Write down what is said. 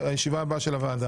בישיבה הבאה של הוועדה.